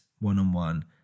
one-on-one